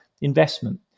investment